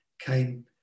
came